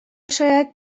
شاید